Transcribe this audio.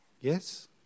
Yes